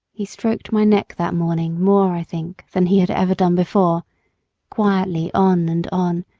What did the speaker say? he stroked my neck that morning more, i think, than he had ever done before quietly on and on,